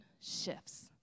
shifts